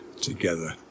together